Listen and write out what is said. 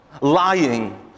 lying